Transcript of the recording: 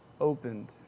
opened